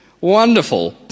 Wonderful